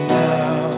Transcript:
now